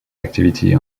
activity